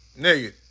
nigga